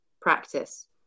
practice